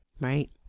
right